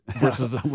versus